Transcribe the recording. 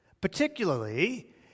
Particularly